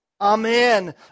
Amen